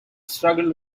struggled